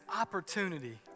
opportunity